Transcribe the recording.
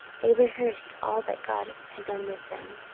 they rehearsed all that god had done with them,